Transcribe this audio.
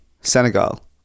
Senegal